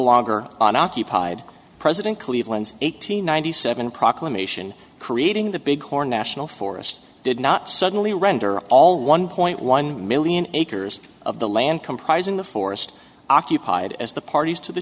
longer an occupied president cleveland's eight hundred ninety seven proclamation creating the big horn national forest did not suddenly render all one point one million acres of the land comprising the forest occupied as the parties to the